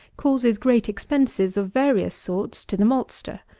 causes great expenses of various sorts to the maltster.